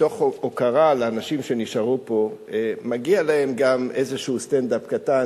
מתוך הוקרה לאנשים שנשארו פה מגיע להם גם איזה סטנד-אפ קטן,